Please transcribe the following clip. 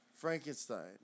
Frankenstein